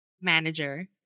manager